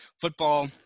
Football